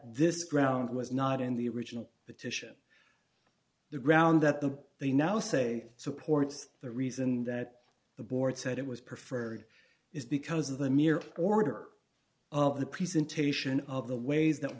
this ground was not in the original petition the ground that the they now say supports the reason that the board said it was preferred is because of the mere order of the presentation of the ways th